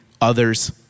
others